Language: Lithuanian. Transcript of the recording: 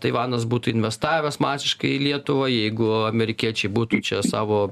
taivanas būtų investavęs masiškai į lietuvą jeigu amerikiečiai būtų čia savo